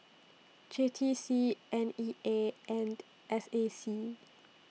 J T C N E A and S A C